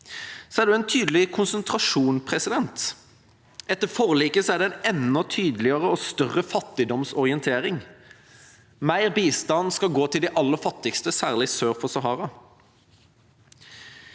Så er det også en tydelig konsentrasjon. Etter forliket er det en enda tydeligere og større fattigdomsorientering. Mer bistand skal gå til de aller fattigste, særlig sør for Sahara.